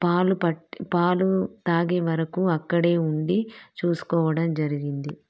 పాలు పట్టి పాలు తాగేవరకు అక్కడే ఉండి చూసుకోవడం జరిగింది